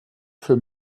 für